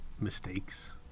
mistakes